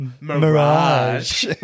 Mirage